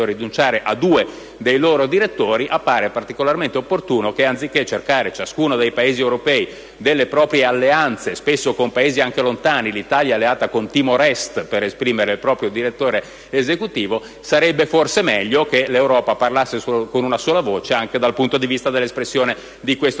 rinunciare a due dei loro direttori, appare particolarmente opportuno che, anziché cercare ciascuno dei Paesi europei delle proprie alleanze spesso con Paesi anche lontani (l'Italia è alleata con Timor Est per esprimere il proprio direttore esecutivo), sarebbe forse meglio che l'Europa parlasse con una sola voce anche dal punto di vista dell'espressione di questo